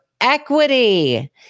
equity